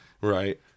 Right